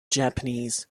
japanese